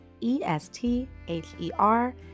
E-S-T-H-E-R